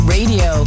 Radio